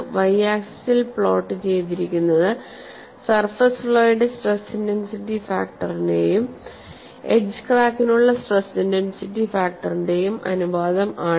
Y ആക്സിസിൽ plot ചെയ്തിരിക്കുന്നത് surface ഫ്ളോയുടെ സ്ട്രെസ് ഇന്റൻസിറ്റി ഫാക്ടറിന്റെയും എഡ്ജ് ക്രാക്കിനുള്ള സ്ട്രെസ് ഇന്റൻസിറ്റി ഫാക്ടറിന്റെയും അനുപാതം ആണ്